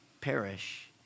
perish